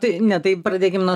tai ne tai pradėkim nuo